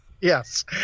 Yes